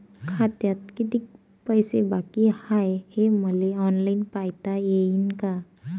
खात्यात कितीक पैसे बाकी हाय हे मले ऑनलाईन पायता येईन का?